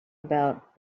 about